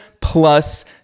plus